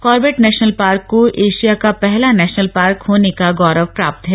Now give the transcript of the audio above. Corbett national park को Asia का पहला नैशनल पार्क होने का गौरव प्राप्त है